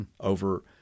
over